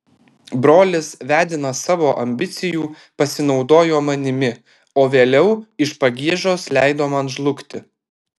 brolis vedinas savo ambicijų pasinaudojo manimi o vėliau iš pagiežos leido man žlugti